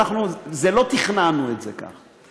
לא תכננו את זה כך,